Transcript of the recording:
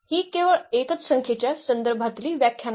हि केवळ एकच संख्येच्या संदर्भातली व्याख्या नाही